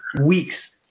weeks